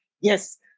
Yes